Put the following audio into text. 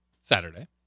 Saturday